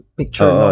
picture